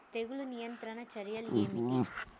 తెగులు నియంత్రణ చర్యలు ఏమిటి?